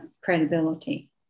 credibility